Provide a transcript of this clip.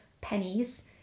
pennies